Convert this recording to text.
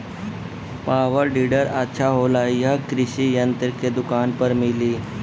Power weeder अच्छा होला यह कृषि यंत्र के दुकान पर मिली?